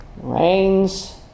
Rains